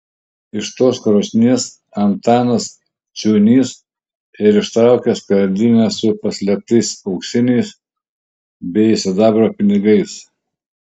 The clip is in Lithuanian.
iš tos krosnies antanas ciūnys ir ištraukė skardinę su paslėptais auksiniais bei sidabro pinigais